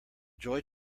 joy